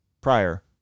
prior